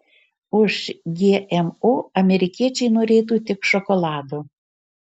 už gmo amerikiečiai norėtų tik šokolado